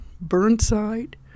Burnside